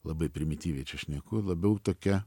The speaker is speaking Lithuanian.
labai primityviai čia šneku labiau tokia